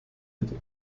hatte